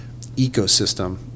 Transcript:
ecosystem